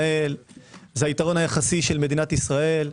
זה היתרון היחסי, תודה לאל, של מדינת ישראל,